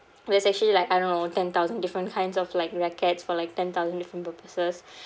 there's actually like I don't know ten thousand different kinds of like rackets for like ten thousand different purposes